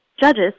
judges